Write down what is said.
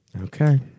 Okay